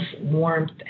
warmth